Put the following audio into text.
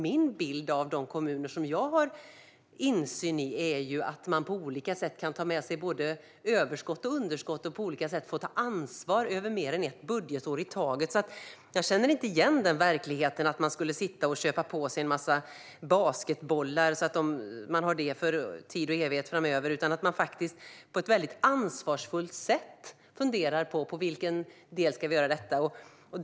Min bild av de kommuner som jag har insyn i är att man kan ta med sig både överskott och underskott och ta ansvar för mer än ett budgetår i taget. Jag känner inte igen Stefan Jakobssons verklighet - att man skulle köpa på sig en massa basketbollar så att man har i tid och evighet framöver. Min bild är att man på ett ansvarsfullt sätt funderar på i vilken del man ska göra detta.